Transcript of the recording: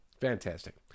Fantastic